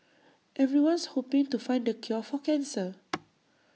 everyone's hoping to find the cure for cancer